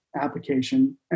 application